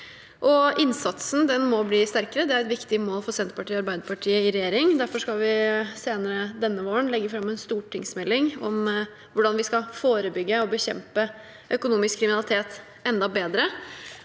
Innsatsen må bli sterkere. Det er et viktig mål for Senterpartiet og Arbeiderpartiet i regjering. Derfor skal vi senere denne våren legge fram en stortingsmelding om hvordan vi skal forebygge og bekjempe økonomisk kriminalitet enda bedre.